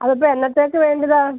അത് ഇപ്പോൾ എന്നത്തേക്ക് വേണ്ടതാണ്